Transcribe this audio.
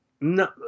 No